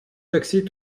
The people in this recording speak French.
taxait